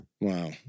Wow